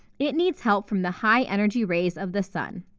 it needs help from the high-energy rays of the sun.